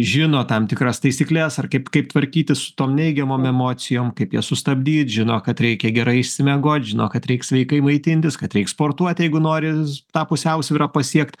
žino tam tikras taisykles ar kaip kaip tvarkytis su tom neigiamom emocijom kaip jas sustabdyt žino kad reikia gerai išsimiegot žino kad reiks sveikai maitintis kad reik sportuoti jeigu norisi tą pusiausvyrą pasiekt